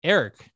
Eric